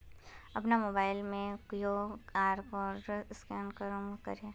अपना मोबाईल से अपना कियु.आर कोड स्कैन कुंसम करे करूम?